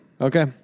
Okay